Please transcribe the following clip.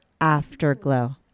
Afterglow